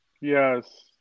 Yes